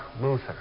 Luther